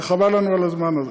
וחבל לנו על הזמן הזה.